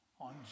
on